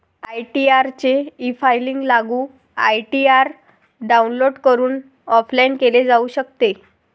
ITR चे e filing लागू ITR download करून ऑफलाइन केले जाऊ शकते